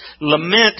Lament